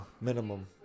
minimum